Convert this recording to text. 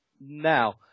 now